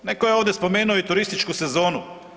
Netko je ovdje spomenuo i turističku sezonu.